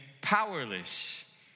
powerless